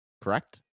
Correct